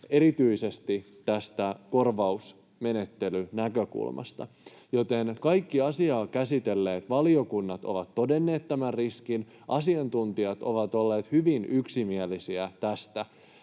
erityisesti tästä korvausmenettelyn näkökulmasta, jos tämä viedään maaliin. Joten kaikki asiaa käsitelleet valiokunnat ovat todenneet tämän riskin. Asiantuntijat ovat olleet hyvin yksimielisiä tästä,